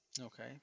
okay